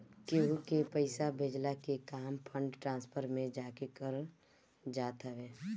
केहू के पईसा भेजला के काम फंड ट्रांसफर में जाके करल जात हवे